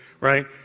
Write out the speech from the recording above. right